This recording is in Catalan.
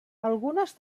algunes